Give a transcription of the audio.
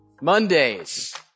Mondays